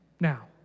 Now